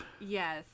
Yes